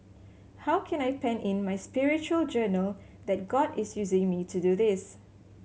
how can I pen in my spiritual journal that God is using me to do this